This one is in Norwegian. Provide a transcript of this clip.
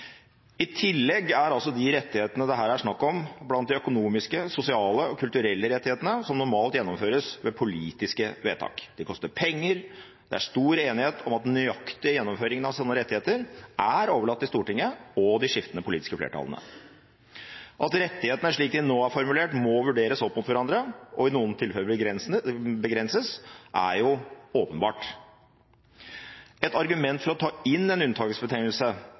I tillegg er de rettighetene det her er snakk om, blant de økonomiske, sosiale og kulturelle rettighetene, som normalt gjennomføres ved politiske vedtak. Det koster penger. Det er stor enighet om at den nøyaktige gjennomføringen av sånne rettigheter er overlatt til Stortinget og de skiftende politiske flertallene. At rettighetene slik de nå er formulert, må vurderes opp mot hverandre og i noen tilfeller begrenses, er åpenbart. Et argument for å ta inn en